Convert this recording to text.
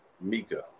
Mika